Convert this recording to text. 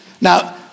Now